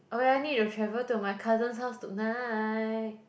oh ya need to travel to my cousin's house tonight